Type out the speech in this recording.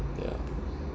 yeah